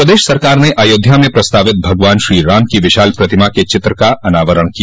प्रदेश सरकार ने अयोध्या में प्रस्तावित भगवान श्रीराम की विशाल प्रतिमा के चित्र का अनावरण किया